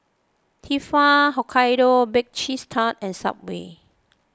Tefal Hokkaido Baked Cheese Tart and Subway